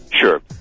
Sure